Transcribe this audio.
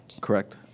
Correct